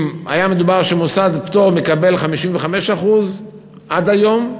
אם היה מדובר שמוסד פטור מקבל 55% עד היום,